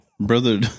Brother